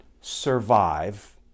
survive